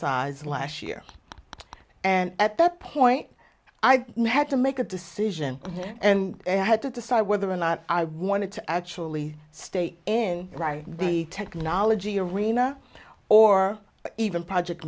sized last year and at that point i had to make a decision and i had to decide whether or not i wanted to actually stay in the technology arena or even project